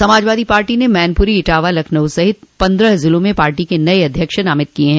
Samajwadi Party ने मैनपुरी इटावा लखनऊ सहित पन्द्रह जिलों में पार्टी के नये अध्यक्ष नामित किये हैं